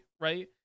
right